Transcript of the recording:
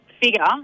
figure